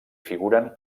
figuren